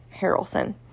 Harrelson